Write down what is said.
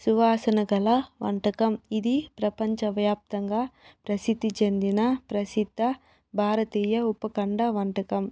సువాసన గల వంటకం ఇది ప్రపంచవ్యాప్తంగా ప్రసిద్ధి చెందిన ప్రసిద్ధ భారతీయ ఉపఖండ వంటకం